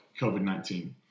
COVID-19